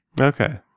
Okay